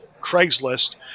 Craigslist